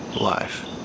life